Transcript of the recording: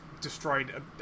destroyed